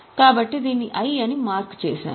కాబట్టి దీన్ని I అని మార్క్ చేశాను